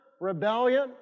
rebellion